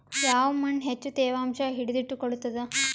ಯಾವ್ ಮಣ್ ಹೆಚ್ಚು ತೇವಾಂಶ ಹಿಡಿದಿಟ್ಟುಕೊಳ್ಳುತ್ತದ?